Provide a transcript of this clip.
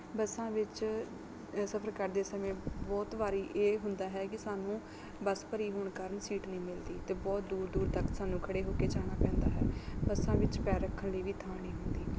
ਬੱਸਾਂ ਵਿੱਚ ਸਫ਼ਰ ਕਰਦੇ ਸਮੇਂ ਬਹੁਤ ਵਾਰ ਇਹ ਹੁੰਦਾ ਹੈ ਕਿ ਸਾਨੂੰ ਬਸ ਭਰੀ ਹੋਣ ਕਾਰਣ ਸੀਟ ਨਹੀਂ ਮਿਲਦੀ ਅਤੇ ਬਹੁਤ ਦੂਰ ਦੂਰ ਤੱਕ ਸਾਨੂੰ ਖੜ੍ਹੇ ਹੋ ਕੇ ਜਾਣਾ ਪੈਂਦਾ ਹੈ ਬੱਸਾਂ ਵਿੱਚ ਪੈਰ ਰੱਖਣ ਲਈ ਵੀ ਥਾਂ ਨਹੀਂ ਹੁੰਦੀ